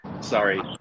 Sorry